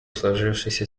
сложившейся